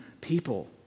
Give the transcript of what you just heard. people